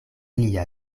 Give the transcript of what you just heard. lia